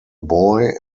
boy